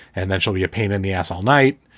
and then she'll be a pain in the ass all night.